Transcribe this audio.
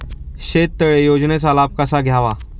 शेततळे योजनेचा लाभ कसा घ्यावा?